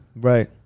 Right